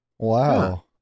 wow